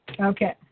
Okay